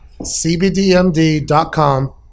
CBDMD.com